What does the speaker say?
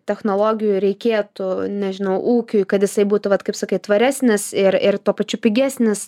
technologijų reikėtų nežinau ūkiui kad jisai būtų vat kaip sakai tvaresnis ir ir tuo pačiu pigesnis